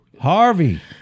Harvey